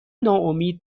ناامید